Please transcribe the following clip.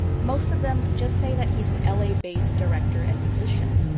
most of them just say that he's an la-based director and musician.